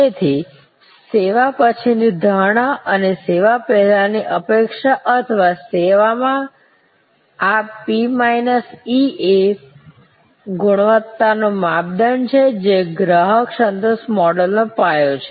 તેથી સેવા પછીની ધારણા અને સેવા પહેલાં ની અપેક્ષા અથવા સેવામાં આ P માઇનસ E એ ગુણવત્તાનું માપદંડ છે જે ગ્રાહક સંતોષ મોડેલનો પાયો છે